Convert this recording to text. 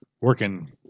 working